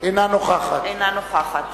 אינה נוכחת